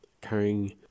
carrying